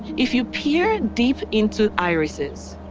if you peer deep into irises,